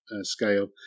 Scale